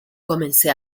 comencé